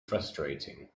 frustrating